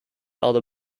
other